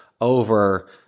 over